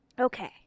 Okay